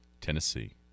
tennessee